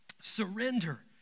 Surrender